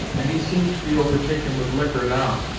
and he seems to be overtaken with liquor now.